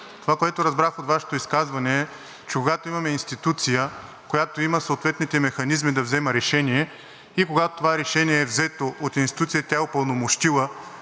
Това, което разбрах от Вашето изказване, е, че когато имаме институция, която има съответните механизми да взема решение и когато то е взето от институция, тя е упълномощила